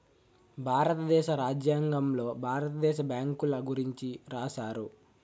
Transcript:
భారతదేశ రాజ్యాంగంలో భారత దేశ బ్యాంకుల గురించి రాశారు